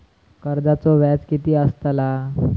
कर्जाचो व्याज कीती असताला?